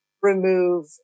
remove